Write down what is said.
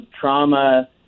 trauma